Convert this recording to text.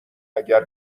اگر